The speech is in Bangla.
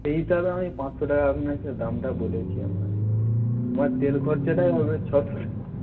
সেই হিসাবে আমি পাঁচশো টাকা আপনাকে দামটা বলেছি আমার আমার তেল খরচাটাও বোধহয়